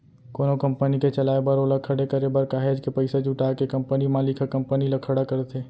कोनो कंपनी के चलाए बर ओला खड़े करे बर काहेच के पइसा जुटा के कंपनी मालिक ह कंपनी ल खड़ा करथे